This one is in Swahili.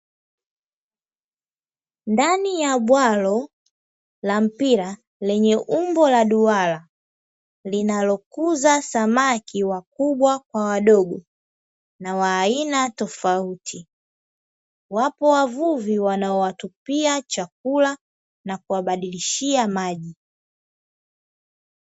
Ndani ya bwalo la mpira lenye umbo la duara linalokuza samaki wakubwa kwa wadogo na wa aina tofauti, wapo wavuvi wanao watupia chakula na kuwabadilishia maji.